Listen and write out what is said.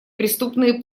преступные